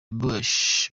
bush